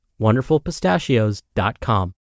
wonderfulpistachios.com